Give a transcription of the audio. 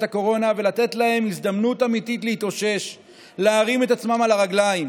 הקורונה ולתת להם הזדמנות אמיתית להתאושש ולהרים את עצמם על הרגליים,